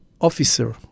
officer